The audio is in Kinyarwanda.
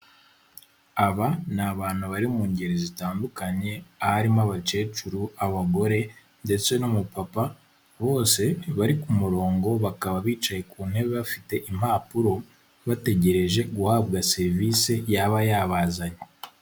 Aba ni abantu bari mu ngeri zitandukanye, aharimo abakecuru, abagore ndetse n'umupapa bose bari ku murongo bakaba bicaye ku ntebe bafite impapuro, bategereje guhabwa serivisi yaba yabazanye.